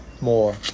more